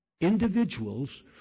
Individuals